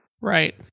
Right